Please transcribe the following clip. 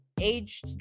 age